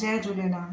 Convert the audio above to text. Jay Jhulelal